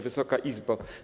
Wysoka Izbo!